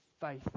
faith